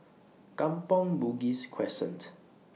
Kampong Bugis Crescent